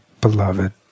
beloved